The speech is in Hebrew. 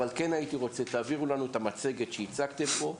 אבל כן הייתי רוצה שתעבירו לנו את המצגת שהצגתם פה.